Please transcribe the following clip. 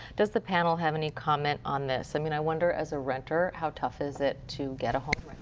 does the panel have any comment on this? i mean i wonder as a renter, how tough is it to get a home